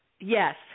yes